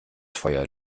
feuer